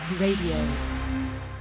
Radio